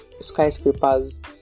skyscrapers